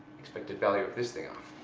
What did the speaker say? expected value of this thing are.